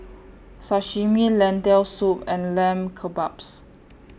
Sashimi Lentil Soup and Lamb Kebabs